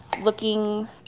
looking